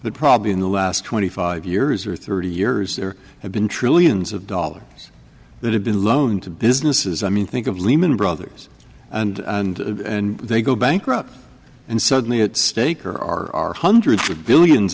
but probably in the last twenty five years or thirty years there have been trillions of dollars that have been loaned to businesses i mean think of lehman brothers and and and they go bankrupt and suddenly at stake or are hundreds of billions